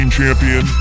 champion